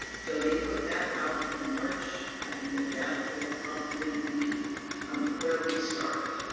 so they put that out in march, and that will probably be um where we start.